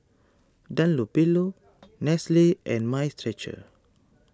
Dunlopillo Nestle and Mind Stretcher